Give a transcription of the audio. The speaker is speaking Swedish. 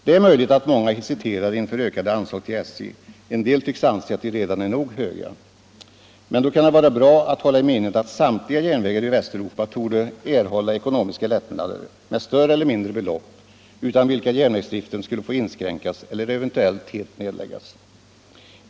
Det är möjligt att många hesiterar inför ökade anslag till SJ; en del tycks anse att de redan är nog höga. Men då kan det vara bra att hålla i minnet att samtliga järnvägar i Västeuropa torde erhålla ekonomiska lättnader med större eller mindre belopp, utan vilka järnvägsdriften skulle få inskränkas eller eventuellt helt nedläggas.